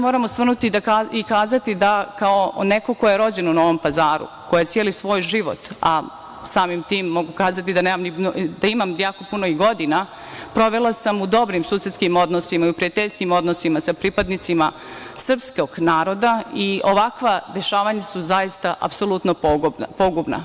Moram se osvrnuti i kazati da kao neko ko je rođen u Novom Pazaru, ko je celi svoj život, a samim tim mogu kazati da imam jako puno i godina, provela sam u dobrim susedskim odnosima i u prijateljskim odnosima sa pripadnicima srpskog naroda i ovakva dešavanja su zaista apsolutno pogubna.